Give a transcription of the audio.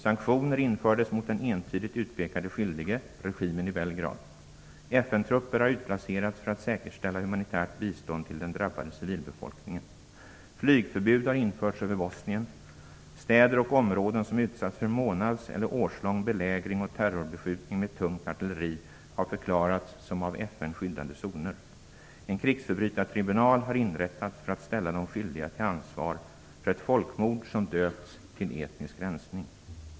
Sanktioner infördes mot den entydigt utpekade skyldige, regimen i Belgrad. FN trupper har utplacerats för att säkerställa humanitärt bistånd till den drabbade civilbefolkningen. Flygförbud har införts över Bosnien. Städer och områden som utsatts för månads eller årslång belägring och terrorbeskjutning med tungt artilleri har förklarats som av FN skyddade zoner. En krigsförbrytartribunal har inrättats för att ställa de skyldiga till ansvar för ett folkmord som döpts till "etnisk resning".